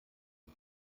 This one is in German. mit